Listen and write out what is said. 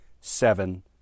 seven